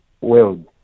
world